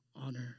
honor